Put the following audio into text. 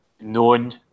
known